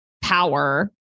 power